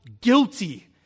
guilty